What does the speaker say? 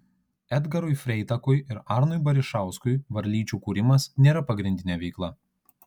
edgarui freitakui ir arnui barišauskui varlyčių kūrimas nėra pagrindinė veikla